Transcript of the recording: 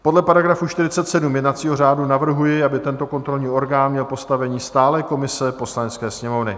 Podle § 47 jednacího řádu navrhuji, aby tento kontrolní orgán měl postavení stálé komise Poslanecké sněmovny.